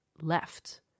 left